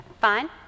Fine